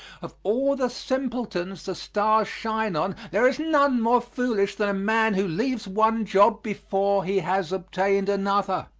of all the simpletons the stars shine on there is none more foolish than a man who leaves one job before he has obtained another.